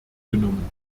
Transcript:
genommen